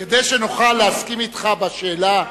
כדי שנוכל להסכים אתך בשאלה,